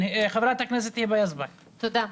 חברת הכנסת יזבק, בבקשה.